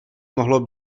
mohlo